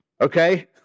okay